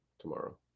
tomorrow